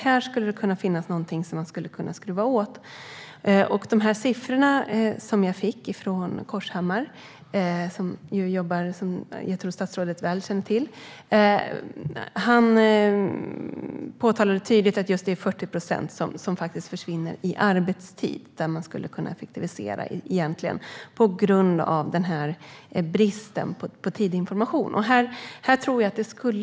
Här finns något som kan skruvas åt. De siffror som jag har fått från Corshammar, som statsrådet väl känner till, visar tydligt att 40 procent försvinner i arbetstid på grund av bristen på tidig information. Där skulle det kunna ske effektiviseringar.